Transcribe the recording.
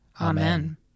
Amen